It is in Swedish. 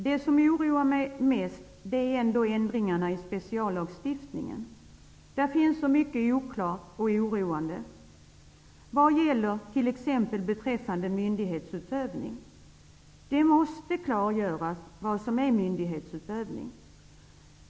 Det som oroar mig mest är ändringarna i speciallagstiftningen. Där finns så mycket som är oklart och oroande. Det gäller t.ex. myndighetsutövning. Det måste klargöras vad som är myndighetsutövning.